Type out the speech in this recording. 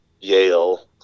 Yale